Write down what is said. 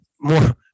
more